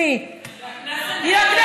החוק